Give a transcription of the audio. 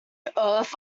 earth